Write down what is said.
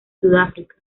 sudáfrica